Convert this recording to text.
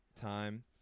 time